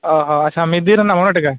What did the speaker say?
ᱚᱻ ᱦᱚᱸ ᱟᱪᱪᱷᱟ ᱢᱤᱫ ᱫᱤᱱ ᱨᱮᱱᱟᱜ ᱢᱚᱬᱮ ᱴᱟᱠᱟ